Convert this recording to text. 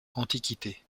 antiquité